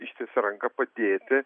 ištiesė ranką padėti